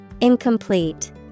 Incomplete